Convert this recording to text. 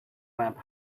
lamp